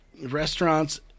restaurants